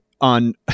on